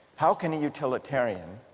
how can a utilitarian